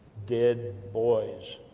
dead boys,